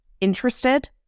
interested